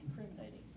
incriminating